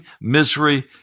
misery